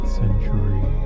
century